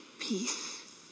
peace